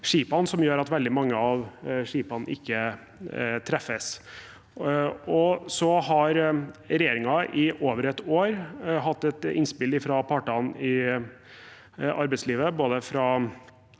som gjør at veldig mange av skipene ikke treffes. Regjeringen har i over et år hatt et innspill fra partene i arbeidslivet,